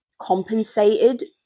compensated